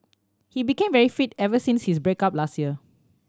he became very fit ever since his break up last year